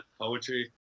Poetry